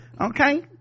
Okay